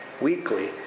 weekly